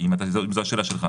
זה במסגרת החוק